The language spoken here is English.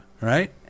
Right